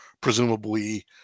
presumably